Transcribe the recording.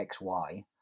XY